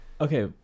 Okay